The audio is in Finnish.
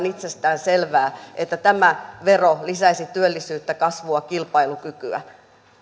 itsestäänselvää että tämä vero lisäisi työllisyyttä kasvua kilpailukykyä